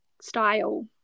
style